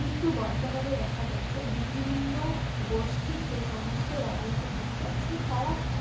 কিন্তু বর্তমানে দেখা যাচ্ছে বিভিন্ন গোষ্ঠীর যে সমস্ত রাজনীতিবিদ আছে তারা